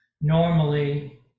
Normally